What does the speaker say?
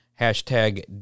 hashtag